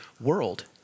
world